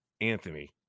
Anthony